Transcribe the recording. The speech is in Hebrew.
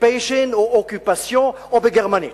occupation או occupation, או בגרמנית,